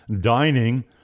dining